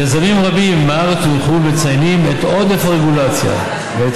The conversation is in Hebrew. יזמים רבים מהארץ ומחו"ל מציינים את עודף הרגולציה ואת